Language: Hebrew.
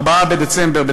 ב-27 בנובמבר,